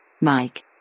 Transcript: Mike